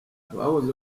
abahoze